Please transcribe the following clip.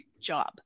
job